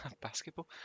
basketball